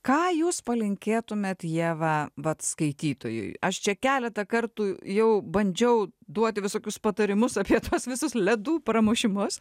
ką jūs palinkėtumėt ieva vat skaitytojui aš čia keletą kartų jau bandžiau duoti visokius patarimus apie tuos visus ledų pramušimus